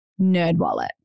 Nerdwallet